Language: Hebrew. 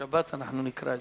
בשבת אנחנו נקרא את זה.